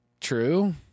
true